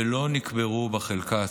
ולא נקברו בחלקה הצבאית.